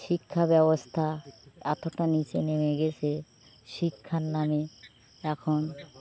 শিক্ষা ব্যবস্থা এতটা নীচে নেমে গেছে শিক্ষার নামে এখন